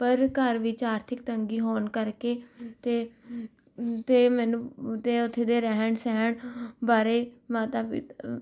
ਪਰ ਘਰ ਵਿੱਚ ਆਰਥਿਕ ਤੰਗੀ ਹੋਣ ਕਰਕੇ ਅਤੇ ਅਤੇ ਮੈਨੂੰ ਅਤੇ ਉੱਥੇ ਦੇ ਰਹਿਣ ਸਹਿਣ ਬਾਰੇ ਮਾਤਾ ਪਿਤ